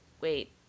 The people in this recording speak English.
wait